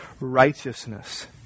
righteousness